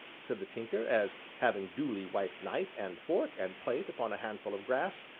said the tinker, as, having duly wiped knife, and fork, and plate upon a handful of grass,